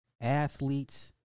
athletes